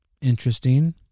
Interesting